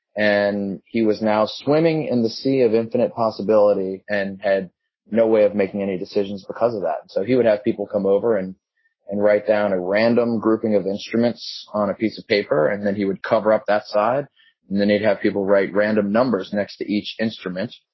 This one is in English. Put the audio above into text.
and he was now swimming in the sea of infinite possibility possibility and had no way of making any decisions because of that. so he would have people come over and and write down a random grouping of instruments on a piece of paper. and then he would cover up that side and then they'd have people write random numbers next to each instrument.